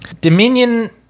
Dominion